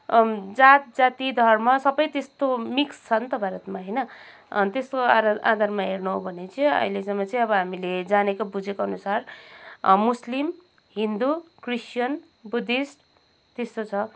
जात जाति धर्म सबै त्यस्तो मिक्स छ नि त भारतमा होइन अनि त्यस्तो आधार आधारमा हेर्नु हो भने चाहिँ अहिलेसम्म चाहिँ अब हामीले जानेको बुझेको अनुसार मुस्लिम हिन्दु क्रिस्चियन बुद्धिस्ट त्यस्तो छ